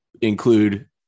include